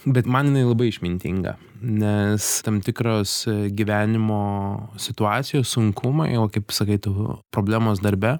bet man jinai labai išmintinga nes tam tikros gyvenimo situacijos sunkumai o kaip sakai tavo problemos darbe